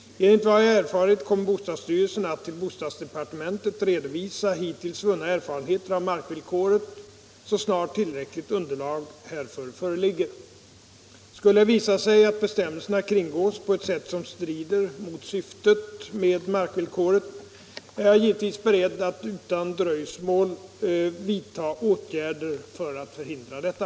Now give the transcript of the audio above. Enligt vad jag erfarit kommer bostadsstyrelsen att till bostadsdepartementet redovisa hittills vunna erfarenheter av markvillkoret, så snart tillräckligt underlag härför föreligger. Skulle det visa sig att bestämmelserna kringgås på ett sätt som strider mot syftet med markvillkoret är jag givetvis beredd att utan dröjsmål vidta åtgärder för att förhindra detta.